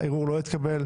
הערעור לא התקבל.